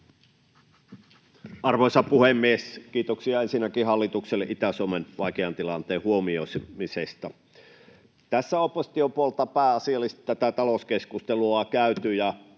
Arvoisa puhemies! Kiitoksia ensinnäkin hallitukselle Itä-Suomen vaikean tilanteen huomioimisesta. Tässä opposition puolelta pääasiallisesti tätä talouskeskustelua on käyty.